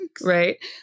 Right